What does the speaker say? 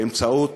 באמצעות